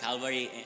Calvary